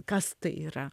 kas tai yra